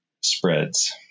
spreads